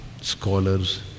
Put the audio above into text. scholars